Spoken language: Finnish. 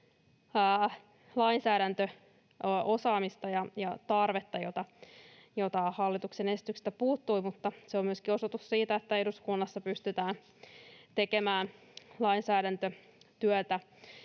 lainsäädäntöosaamista ja -tarvetta, jota hallituksen esityksestä puuttui, mutta se on myöskin osoitus siitä, että eduskunnassa pystytään tekemään lainsäädäntötyötä